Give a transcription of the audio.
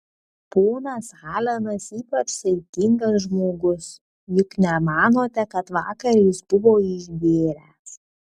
ponas alenas ypač saikingas žmogus juk nemanote kad vakar jis buvo išgėręs